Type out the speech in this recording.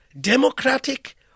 democratic